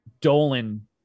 Dolan